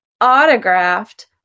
autographed